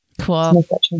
cool